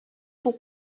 pour